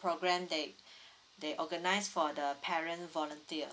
program they they organize for the parent volunteer